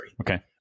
Okay